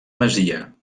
masia